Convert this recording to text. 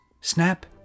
Snap